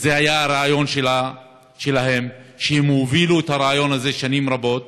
זה היה הרעיון שלהם והם הובילו את הרעיון הזה שנים רבות,